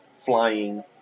flying